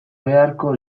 beharko